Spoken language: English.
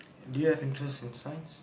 do you have interest in science